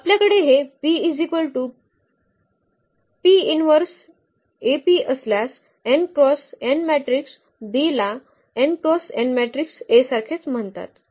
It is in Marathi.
आपल्याकडे हे असल्यास n cross n matrix B ला n cross n matrix A सारखेच म्हणतात